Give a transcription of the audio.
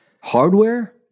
hardware